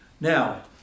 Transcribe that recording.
Now